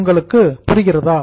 உங்களுக்கு இது புரிகிறதா